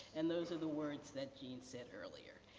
and, those are the words that jeanne said earlier.